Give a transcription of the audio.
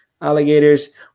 alligators